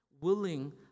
willing